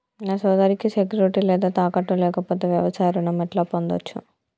నా సోదరికి సెక్యూరిటీ లేదా తాకట్టు లేకపోతే వ్యవసాయ రుణం ఎట్లా పొందచ్చు?